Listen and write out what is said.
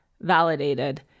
validated